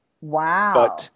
Wow